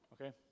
okay